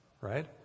Right